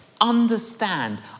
understand